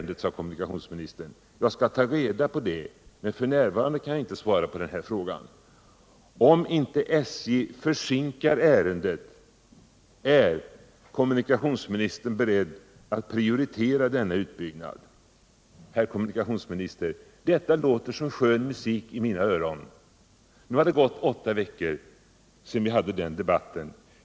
Det skall jag ta reda på, men f. n. kan jag inte svara på den här frågan.” Om inte SJ försinkade ärendet var kommunikationsministern beredd att prioritera utbyggnaden. Herr kommunikationsminister! Detta låter som skön musik i mina öron. Nu har det gått åtta veckor sedan vi hade den debatten.